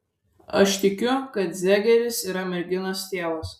aš tikiu kad zegeris yra merginos tėvas